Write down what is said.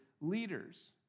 leaders